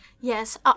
Yes